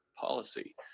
policy